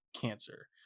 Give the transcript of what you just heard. cancer